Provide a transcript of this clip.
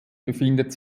befindet